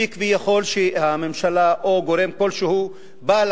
והיא שהממשלה או גורם כלשהו בא כביכול